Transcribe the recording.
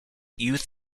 youth